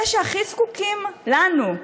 אלה שהכי זקוקים לנו,